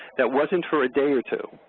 that wasn't for a day or two.